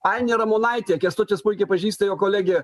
ainė ramonaitė kęstutis puikiai pažįsta jo kolegė